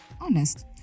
honest